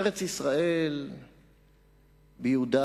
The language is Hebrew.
ארץ-ישראל ביהודה